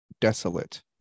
desolate